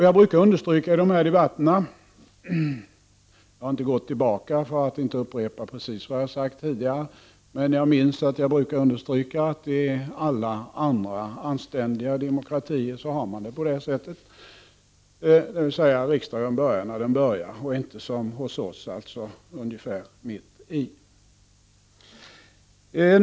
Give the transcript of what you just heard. Jag har inte gått tillbaka till och upprepat precis allt vad jag har sagt tidigare i de här debatterna, men jag minns att jag brukar understryka att man i alla andra anständiga demokratier har det på det sättet, dvs. riksdagen börjar när den börjar och inte som hos oss ungefär mitt i.